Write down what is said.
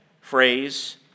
phrase